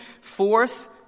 Fourth